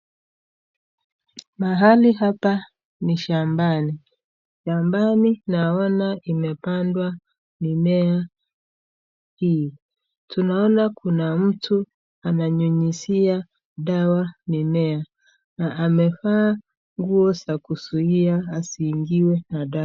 Mahali hapa ni shambani. Shambani naona imepandwa mimea hii. Tunaona kuna mtu ananyunyuzia dawa mimea na amevaa nguo za kuzuia asiingiwe na dawa.